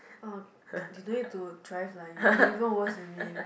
oh you don't need to drive lah you you even worse than me